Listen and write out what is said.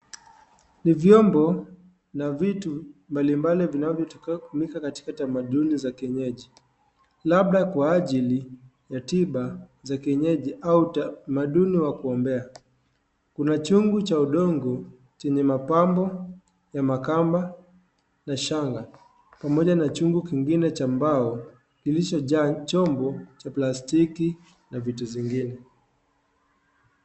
Ni vyombo na vitu mbalimbali vinavyotumika katika tamaduni za kienyeji labda kwa ajili ya tiba za kienyeji au utamaduni wa kuombea kuna chungu cha udongo chenye mapambo ya makamba na shanga pamoja na chungu kingine cha mbao kilicho jaa chombo cha plasitiki na vitu zingine.